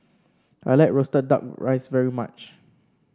I like roasted duck rice very much